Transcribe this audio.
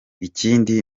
ikindi